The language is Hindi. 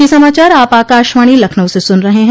ब्रे क यह समाचार आप आकाशवाणी लखनऊ से सुन रहे हैं